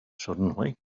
suddenly